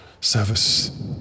service